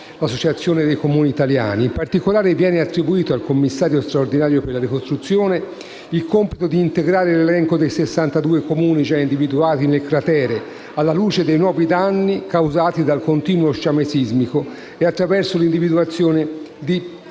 nazionale dei Comuni italiani (ANCI). In particolare, viene attribuito al Commissario straordinario per la ricostruzione il compito di integrare l'elenco dei 62 Comuni già individuati nel cratere, alla luce dei nuovi danni causati dal continuo sciame sismico e attraverso l'individuazione di